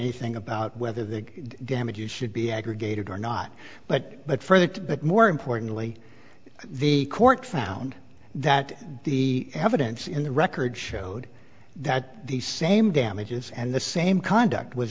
anything about whether the gamut you should be aggregated or not but but for that but more importantly the court found that the evidence in the record showed that the same damages and the same conduct was